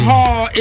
Hall